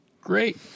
Great